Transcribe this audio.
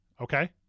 Okay